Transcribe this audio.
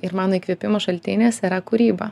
ir mano įkvėpimo šaltinis yra kūryba